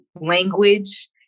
language